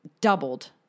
doubled